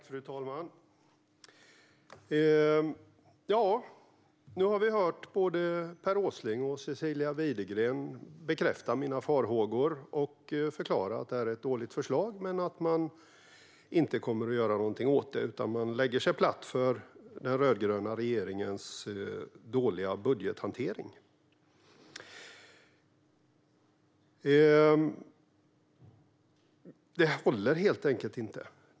Fru talman! Nu har vi hört både Per Åsling och Cecilia Widegren bekräfta mina farhågor och förklara att detta är ett dåligt förslag men att man inte kommer att göra någonting åt det. Man lägger sig platt för den rödgröna regeringens dåliga budgethantering. Det håller helt enkelt inte.